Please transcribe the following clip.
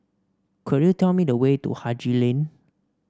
could you tell me the way to Haji Lane